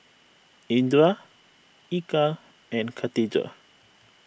Indra Eka and Katijah